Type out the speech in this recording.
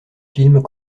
films